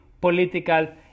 political